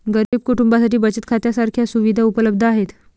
गरीब कुटुंबांसाठी बचत खात्या सारख्या सुविधा उपलब्ध आहेत